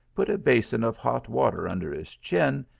put a basin of hot water under his chin,